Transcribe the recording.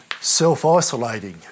self-isolating